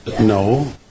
No